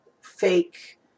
fake